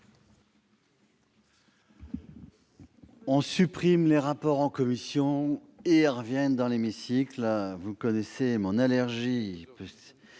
On supprime les rapports en commission et ils reviennent dans l'hémicycle ! Vous connaissez mon allergie